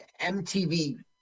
MTV –